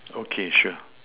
okay sure